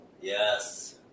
Yes